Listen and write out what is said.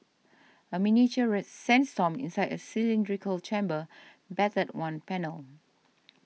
a miniature sandstorm inside a cylindrical chamber battered one panel